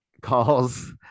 Calls